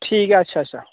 ठीक ऐ अच्छा अच्छा